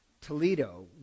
Toledo